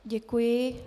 Děkuji.